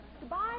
Goodbye